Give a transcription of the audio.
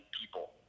people